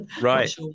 Right